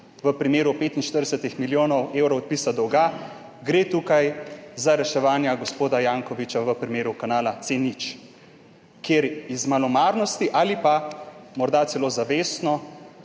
v primeru 45 milijonov evrov odpisa dolga, gre tukaj za reševanje gospoda Jankovića v primeru kanala C0, kjer iz malomarnosti ali pa morda celo zavestno